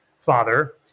father